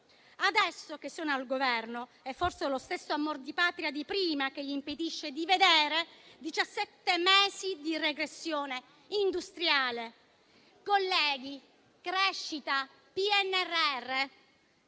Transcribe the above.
Adesso che sono al Governo è forse lo stesso amor di patria di prima che impedisce loro di vedere diciassette mesi di regressione industriale. Colleghi, crescita e PNRR